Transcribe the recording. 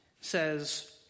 says